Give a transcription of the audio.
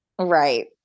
Right